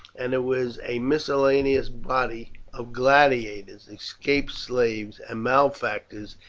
and it was a miscellaneous body of gladiators, escaped slaves, and malefactors,